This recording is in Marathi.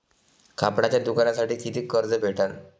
कापडाच्या दुकानासाठी कितीक कर्ज भेटन?